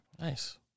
Nice